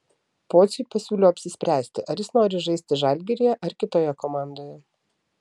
pociui pasiūliau apsispręsti ar jis nori žaisti žalgiryje ar kitoje komandoje